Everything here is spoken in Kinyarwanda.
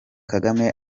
kagame